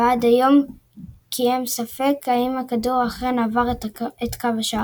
ועד היום קיים ספק האם הכדור אכן עבר את קו השער.